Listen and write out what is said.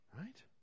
Right